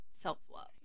self-love